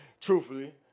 truthfully